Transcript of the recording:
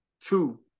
two